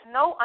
no